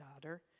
daughter